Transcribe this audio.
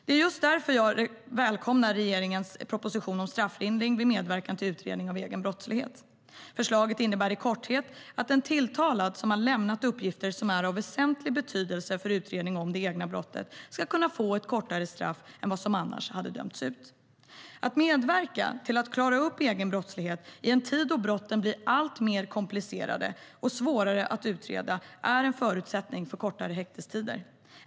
Det är just därför jag välkomnar regeringens proposition om strafflindring vid medverkan till utredning av egen brottslighet. Förslaget innebär i korthet att en tilltalad som har lämnat uppgifter som är av väsentlig betydelse för utredningen av det egna brottet ska kunna få ett kortare straff än vad som annars hade dömts ut. Att medverka till att klara upp egen brottslighet i en tid då brotten blir alltmer komplicerade och svåra att utreda är en förutsättning för kortare häktestider.